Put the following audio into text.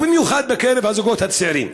ובמיוחד בקרב הזוגות הצעירים.